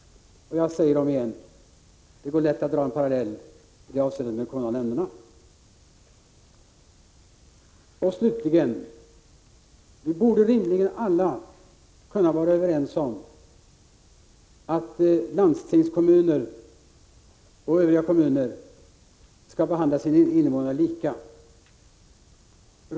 Jag säger omigen: Det är lätt att i detta avseende dra en parallell med de kommunala nämnderna. Vi borde rimligen alla kunna vara överens om att landstingskommuner och övriga kommuner skall behandla sina invånare lika.